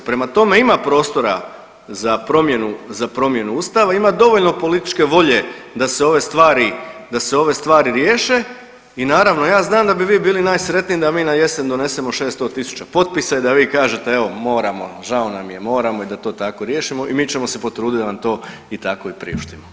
Prema tome, ima prostora za promjenu Ustava, ima dovoljno političke volje da se ove stvari riješe i naravno, ja znam da bi vi bili najsretniji da mi na jesen donesemo 600 tisuća potpisa i da vi kažete, evo, moramo, žao nam je, moramo i da to tako riješimo i mi ćemo se potruditi da vam to i tako i priuštimo.